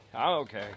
okay